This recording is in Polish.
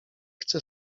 chcę